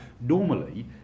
normally